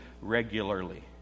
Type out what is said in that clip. regularly